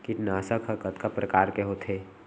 कीटनाशक ह कतका प्रकार के होथे?